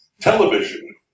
Television